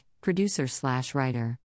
producer-slash-writer